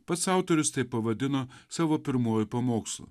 pats autorius taip pavadino savo pirmoji pamokslų